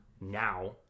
now